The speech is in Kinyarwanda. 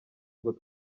ngo